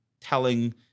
telling